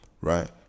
right